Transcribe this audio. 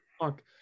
Fuck